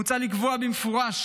מוצע לקבוע במפורש